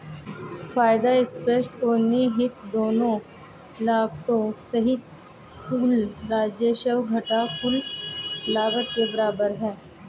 फायदा स्पष्ट और निहित दोनों लागतों सहित कुल राजस्व घटा कुल लागत के बराबर है